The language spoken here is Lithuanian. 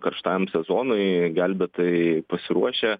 karštajam sezonui gelbėtojai pasiruošę